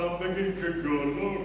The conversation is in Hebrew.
השר בגין כגיאולוג